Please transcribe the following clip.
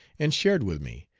and shared with me,